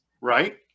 right